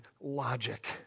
logic